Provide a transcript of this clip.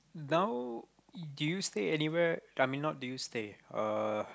now do you stay anywhere I mean not do you stay uh